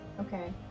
Okay